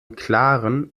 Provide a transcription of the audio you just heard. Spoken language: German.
klaren